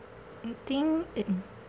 I think in